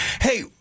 Hey